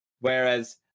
whereas